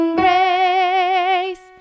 grace